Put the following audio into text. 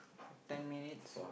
ten minutes